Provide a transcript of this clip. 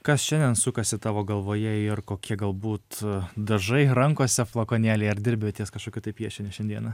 kas šiandien sukasi tavo galvoje ir kokie galbūt dažai rankose flakonėliai ar dirbi ties kažkokiu tai piešiniu šiandieną